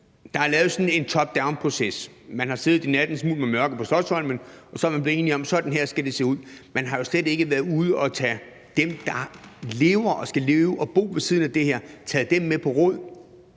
Der er lavet sådan en top down-proces. Man har siddet i nattens mulm og mørke på Slotsholmen, og så er man blevet enige om, at det skal se sådan her ud. Man har jo slet ikke været ude at tage dem, der skal leve og bo ved siden af det her, med på råd.